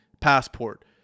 passport